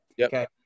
Okay